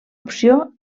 opció